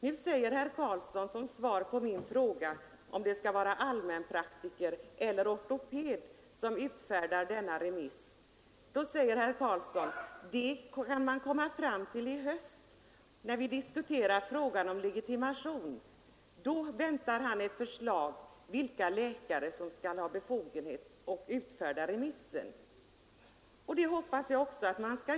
Nu säger herr Carlsson som svar på min fråga om det skall vara allmänpraktiker eller ortoped som utfärdar remiss, att det kan vi komma fram till i höst när vi diskuterar frågan om legitimation. Då väntar han ett förslag om vilka läkare som skall ha befogenhet att utfärda remisser. Det hoppas jag också att vi får.